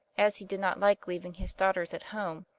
as he did not like leaving his daughters at home,